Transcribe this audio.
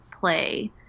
play